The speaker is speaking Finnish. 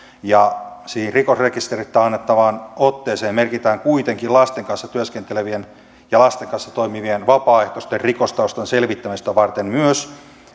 siihen rikosrekisteristä annettavaan otteeseen merkitään kuitenkin lasten kanssa työskentelevien ja lasten kanssa toimivien vapaaehtoisten rikostaustan selvittämistä varten myös